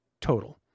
total